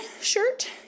shirt